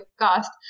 cast